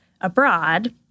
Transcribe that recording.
abroad